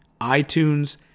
iTunes